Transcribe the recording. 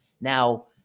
Now